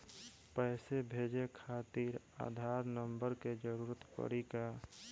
पैसे भेजे खातिर आधार नंबर के जरूरत पड़ी का?